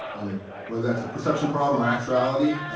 whether that's a perception problem or actuality,